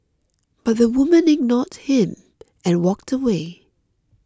but the woman ignored him and walked away